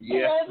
Yes